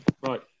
right